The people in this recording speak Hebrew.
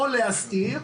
או להסתיר,